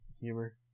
humor